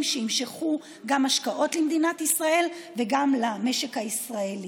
שימשכו השקעות גם למדינת ישראל וגם למשק הישראלי.